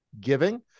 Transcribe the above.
giving